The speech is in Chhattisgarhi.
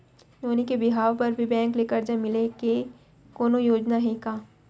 नोनी के बिहाव बर भी बैंक ले करजा मिले के कोनो योजना हे का?